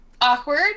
awkward